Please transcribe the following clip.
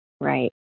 Right